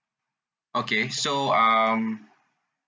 okay so um